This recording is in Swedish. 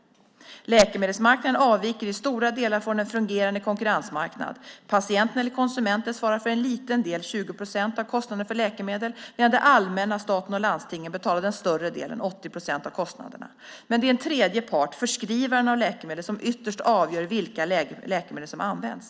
- Läkemedelsmarknaden avviker i stora delar från en fungerande konkurrensmarknad. Patienten eller konsumenten svarar för en liten del av kostnaderna för läkemedel medan det allmänna betalar den större delen av kostnaderna. Men det är en tredje part, förskrivaren av läkemedel, som ytterst avgör vilka läkemedel som används.